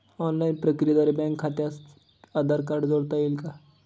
Online प्रक्रियेद्वारे bank खात्यास Aadhaar card जोडता येईल का?